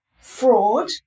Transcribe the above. fraud